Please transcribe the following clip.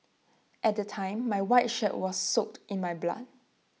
at the time my white shirt was soaked in my blood